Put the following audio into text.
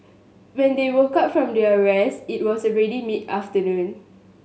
when they woke up from their rest it was already mid afternoon